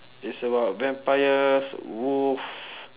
it's about vampires wolf